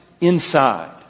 inside